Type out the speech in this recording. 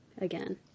again